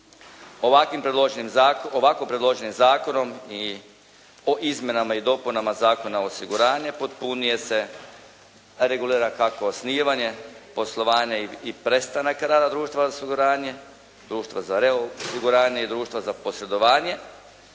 Ovako predloženim zakonom o izmjenama i dopunama Zakona o osiguranju potpunije se regulira kako osnivanje poslovanja i prestanak rada društva osiguranja, društva za reosiguranje i društva za posredovanje